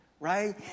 Right